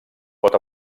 pot